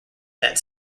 that